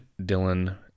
Dylan